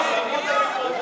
תסתירו את המיקרופונים.